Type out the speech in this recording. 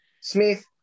Smith